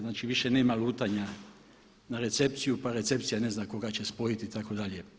Znači više nema lutanja na recepciju, pa recepcija ne zna koga će spojiti itd.